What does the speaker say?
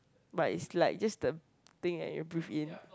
but is like just the thing that you breathe in